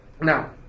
now